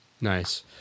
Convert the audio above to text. Nice